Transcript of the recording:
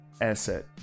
asset